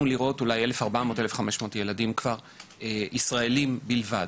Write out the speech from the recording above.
לראות אולי 1400 או 1500 ילדים ישראלים בלבד.